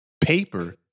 paper